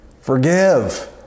forgive